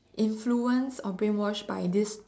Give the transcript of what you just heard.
influenced or brainwashed by this